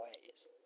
ways